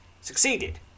Succeeded